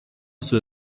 سوء